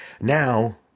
now